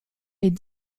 est